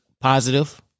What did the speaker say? positive